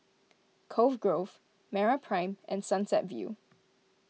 Cove Grove MeraPrime and Sunset View